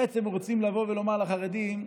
בעצם רוצים לבוא ולומר לחרדים: